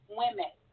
women